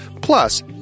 Plus